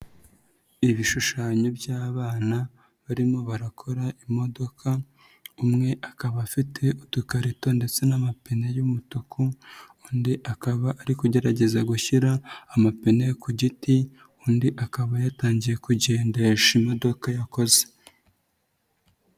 Ibishushanyo by'abana barimo barakora imodoka, umwe akaba afite udukarito ndetse n'amapine y'umutuku, undi akaba ari kugerageza gushyira amapine ku giti, undi akaba yatangiye kugendesha imodoka yakoze.